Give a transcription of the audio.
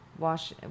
Wash